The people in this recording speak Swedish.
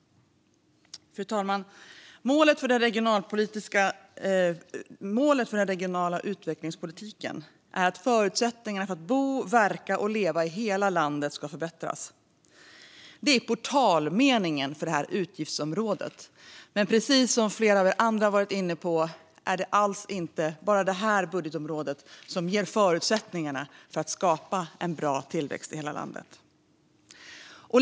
Fru talman! Målet för den regionala utvecklingspolitiken är att förutsättningarna för att bo, verka och leva i hela landet ska förbättras. Det är portalmeningen för detta utgiftsområde, men som flera andra har varit inne på är det inte alls bara detta budgetområde som ger förutsättningarna för att skapa en bra tillväxt i hela landet.